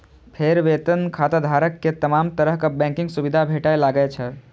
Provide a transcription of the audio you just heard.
फेर वेतन खाताधारक कें तमाम तरहक बैंकिंग सुविधा भेटय लागै छै